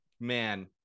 man